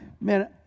Man